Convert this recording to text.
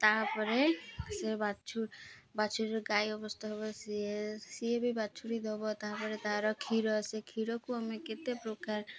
ତା'ପରେ ସେ ବାଛୁରୀରେ ଗାଈ ଅବସ୍ଥା ହବ ସିଏ ସିଏ ବି ବାଛୁରୀ ଦବ ତା'ପରେ ତାର କ୍ଷୀର ସେ କ୍ଷୀରକୁ ଆମେ କେତେ ପ୍ରକାର